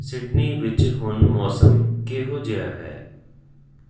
Sydney ਵਿੱਚ ਹੁਣ ਮੌਸਮ ਕਿਹੋ ਜਿਹਾ ਹੈ